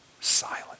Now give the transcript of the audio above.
silent